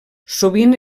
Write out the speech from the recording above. sovint